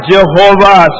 Jehovah